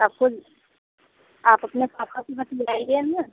आप फूल आप अपने पापा से बतियाइए ना